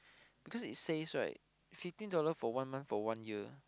because it says right fifteen dollars for one month for one year